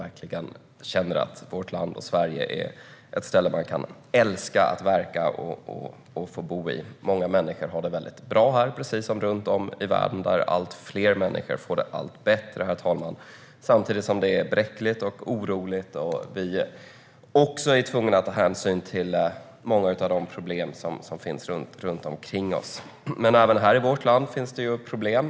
Det är en sådan dag då vårt land, Sverige, är ett ställe man kan älska att få verka och bo i. Många människor har det bra här, precis som runt om i världen där allt fler människor får det allt bättre. Samtidigt är det bräckligt och oroligt. Vi är också tvungna att ta hänsyn till många av de problem som finns runt omkring oss. Även här i vårt land finns det problem.